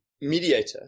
mediator